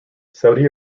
saudi